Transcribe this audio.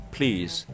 Please